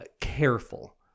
careful